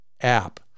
app